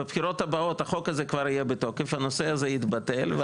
בבחירות הבאות החוק הזה כבר יהיה בתוקף הנושא הזה יתבטל,